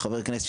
חברי כנסת,